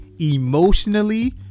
Emotionally